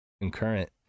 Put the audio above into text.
concurrent